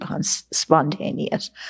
spontaneous